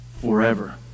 forever